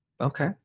Okay